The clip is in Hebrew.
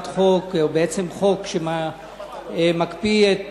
חוק שמקפיא את